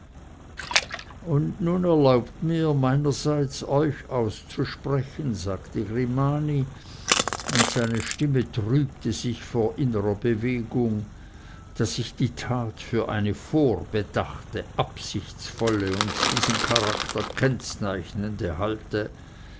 und nun erlaubt mir meinerseits euch auszusprechen sagte grimani und seine stimme trübte sich vor innerer bewegung daß ich die tat für eine vorbedachte absichtsvolle und diesen charakter kennzeichnende halte